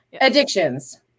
addictions